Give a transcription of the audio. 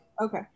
Okay